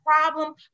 problem